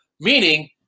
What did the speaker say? Meaning